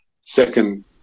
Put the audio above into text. second